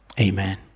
amen